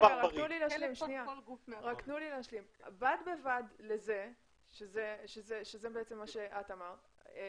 בד בבד שזה בעצם מה שאת אמרת,